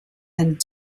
and